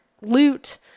loot